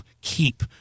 keep